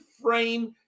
frame